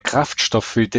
kraftstofffilter